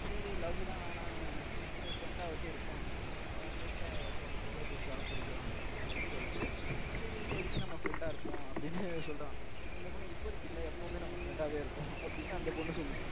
சரி லவ்வுதான் வேணா சரி ஃபிரெண்ட்டாவாச்சும் இருப்போம் பிரெண்ட்டை போக போக பிடிச்சாலும் பிடிக்கலாம் அப்படின்னு சொல்லிட்டு சரி இப்போதிக்கு நம்ம பிரெண்ட்டாக இருப்போம் அப்படின்னு சொல்லுறான் அந்த பொண்ணு இப்போதிக்கு இல்லை எப்போமே நம்ம பிரெண்ட்டாகவே இருப்போம் அப்படின்னு அந்தப்பொண்ணு சொல்லுது